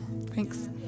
Thanks